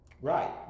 Right